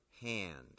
hand